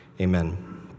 amen